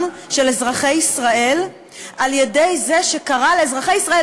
של אזרחי ישראל על-ידי זה שקרא לאזרחי ישראל,